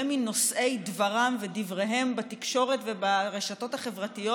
מנושאי דברם ודבריהם בתקשורת וברשתות החברתיות